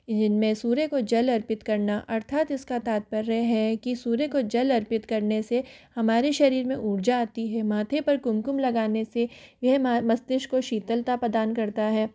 जिनमें सूर्य को जल अर्पित करना अर्थात इसका तात्पर्य है की सूर्य को जल अर्पित करने से हमारे शरीर में ऊर्जा आती है माथे पर कुमकुम लगाने से यह मस्तिष्क को शीतलता प्रदान करता है